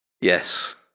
yes